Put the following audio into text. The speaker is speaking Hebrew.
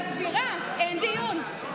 מסבירה: אין דיון,